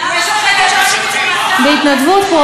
יש עורכי-דין שעושים את זה בהתנדבות, בהתנדבות?